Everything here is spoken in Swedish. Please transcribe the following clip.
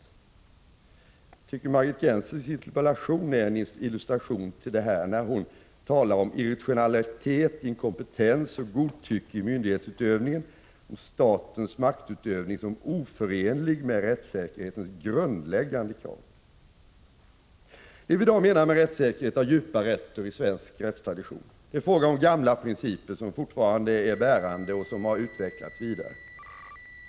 Jag tycker att Margit Gennsers interpellation är en illustration till detta, när hon talar om irrationalitet, inkompetens och godtycke i myndighetsutövningen och statens maktutövning som oförenlig med rättssäkerhetens grundläggande krav. Det vi i dag menar med rättssäkerhet har djupa rötter i svensk rättstradition. Det är fråga om gamla principer som fortfarande är bärande och som har utvecklats vidare.